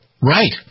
Right